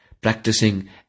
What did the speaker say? practicing